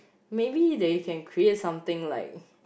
maybe that you can create something like